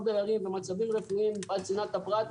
דיירים ומצבים רפואיים מפאת צנעת הפרט,